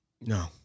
No